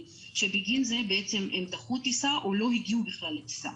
שבגין זה בעצם הם דחו טיסה או לא הגיעו בכלל לטיסה.